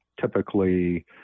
typically